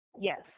Yes